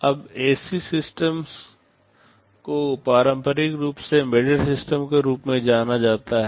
अब ऐसी सिस्टम्स को पारंपरिक रूप से एम्बेडेड सिस्टम के रूप में जाना जाता है